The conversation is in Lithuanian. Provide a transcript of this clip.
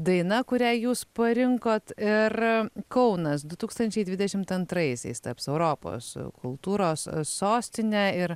daina kurią jūs parinkot ir kaunas du tūkstančiai dvidešimt antraisiais taps europos kultūros sostine ir